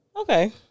Okay